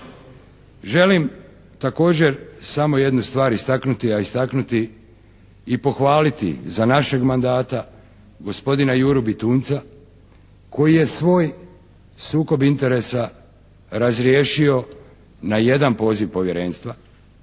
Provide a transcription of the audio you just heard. Želim također samo jednu stvar istaknuti, a istaknuti i pohvaliti za našeg mandata gospodina Juru Bitunjca koji je svoj sukob interesa razriješio na jedan poziv Povjerenstva,